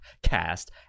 Cast